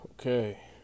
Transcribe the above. Okay